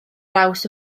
draws